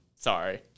Sorry